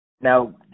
Now